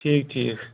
ٹھیٖک ٹھیٖک